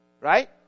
right